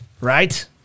Right